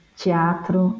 teatro